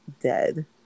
dead